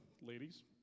ladies